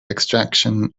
extraction